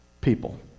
people